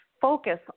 focus